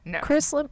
Chris